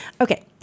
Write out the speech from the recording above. Okay